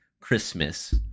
Christmas